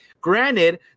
Granted